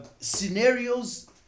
scenarios